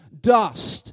dust